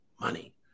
money